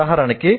ఉదాహరణకి